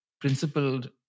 principled